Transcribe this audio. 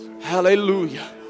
Hallelujah